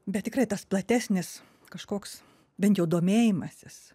bet tikrai tas platesnis kažkoks bent jau domėjimasis